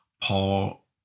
Paul